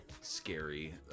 scary